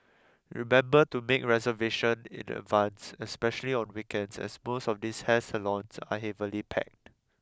remember to make reservation in advance especially on weekends as most of these hair salons are heavily packed